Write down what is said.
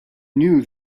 knew